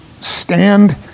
stand